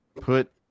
put